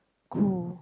cold